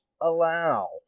allow